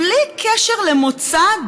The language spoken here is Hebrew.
בלי קשר למוצא,